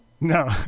No